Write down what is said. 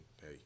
hey